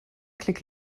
klick